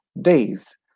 days